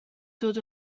dod